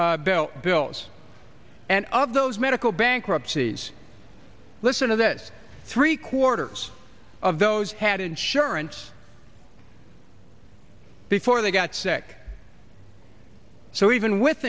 inch bell bills and of those medical bankruptcies listen to this three quarters of those had insurance before they got sick so even with